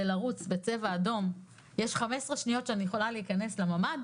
לרוץ ב"צבע אדום" יש 15 שניות שאני יכולה להיכנס לממ"ד